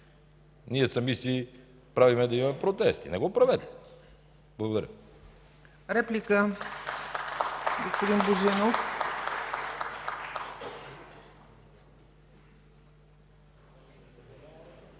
ние сами си правим да има протести. Не го правете! Благодаря.